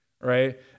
right